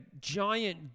giant